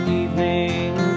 evening